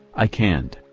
i can't.